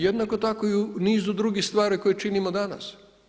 Jednako tako i u nizu drugih stvari koje činimo danas.